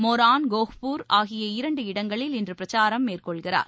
moron Gohpur ஆகிய இரண்டு இடங்களில் இன்று பிரச்சாரம் மேற்கொள்கிறார்